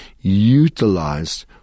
utilized